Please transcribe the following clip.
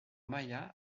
maya